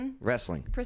Wrestling